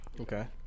okay